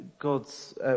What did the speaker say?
God's